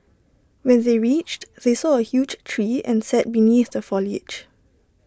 when they reached they saw A huge tree and sat beneath the foliage